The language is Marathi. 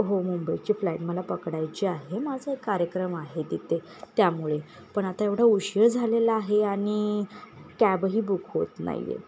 हो मुंबईची फ्लाईट मला पकडायची आहे माझा एक कार्यक्रम आहे तिथे त्यामुळे पण आता एवढा उशीर झालेला आहे आणि कॅबही बुक होत नाही आहे